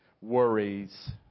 worries